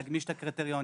להגמיש את הקריטריונים.